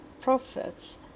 prophets